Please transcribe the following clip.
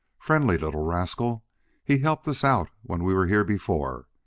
friendly little rascal he helped us out when we were here before.